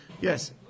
Yes